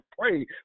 pray